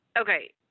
okay